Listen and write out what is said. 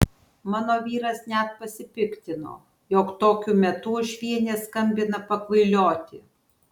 mano vyras net pasipiktino jog tokiu metu uošvienė skambina pakvailioti